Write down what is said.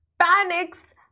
Panics